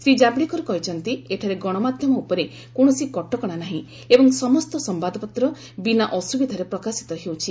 ଶ୍ରୀ ଜାବ୍ଡେକର କହିଛନ୍ତି ଏଠାରେ ଗଣମାଧ୍ୟମ ଉପରେ କୌଣସି କଟକଣା ନାହିଁ ଏବଂ ସମସ୍ତ ସମ୍ଭାଦପତ୍ର ବିନା ଅସୁବିଧାରେ ପ୍ରକାଶିତ ହେଉଛି